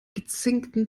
gezinkten